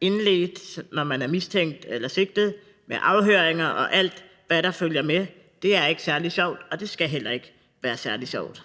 indledt, når man er mistænkt eller sigtet, med afhøringer og alt, hvad der følger med; det er ikke særlig sjovt, og det skal heller ikke være særlig sjovt.